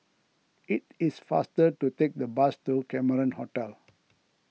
it is faster to take the bus to Cameron Hotel